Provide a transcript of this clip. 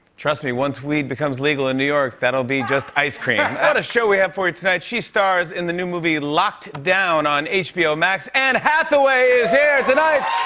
trust me, once weed becomes legal in new york, that'll be just ice cream. what a show we have for you tonight she stars in the new movie locked down on hbo max. anne hathaway is here tonight!